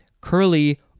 curly